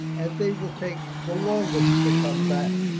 and they will take the longest to come back.